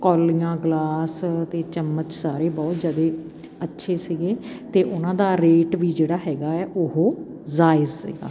ਕੋਲੀਆਂ ਗਲਾਸ ਅਤੇ ਚਮਚ ਸਾਰੇ ਬਹੁਤ ਜ਼ਿਆਦਾ ਅੱਛੇ ਸੀਗੇ ਅਤੇ ਉਨ੍ਹਾਂ ਦਾ ਰੇਟ ਵੀ ਜਿਹੜਾ ਹੈਗਾ ਹੈ ਉਹ ਜਾਇਜ਼ ਸੀਗਾ